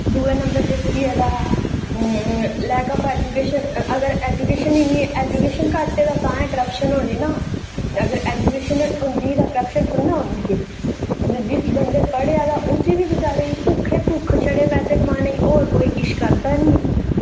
दुऐ नम्बर जेहकी जेहड़ा लेक आफ ऐजुकेशन अगर ऐजुकेशन घट्ट ऐ तां गै क्रप्शन ऐ अगर ऐजूकेशन होंदी ते तां क्रप्शन थोह्ड़ा होनी ही जिस बंदे पढ़े दा ता उसी बचारे गी भुक्ख ऐ पैसे कमाने दी और कोई किश करदा नेई ऐ